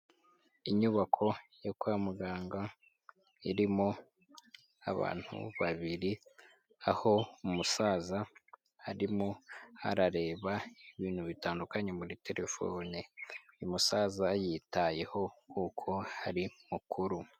Inyubako, yo kwa muganga, irimo abantu babiri, aho umusaza, harimo hareba ibintu bitandukanye muri telefone, uyu musaza yitayeho kuko hari mukuru.